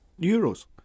euros